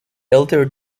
elder